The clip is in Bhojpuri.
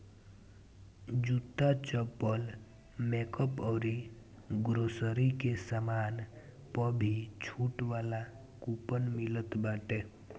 जूता, चप्पल, मेकअप अउरी ग्रोसरी के सामान पअ भी छुट वाला कूपन मिलत बाटे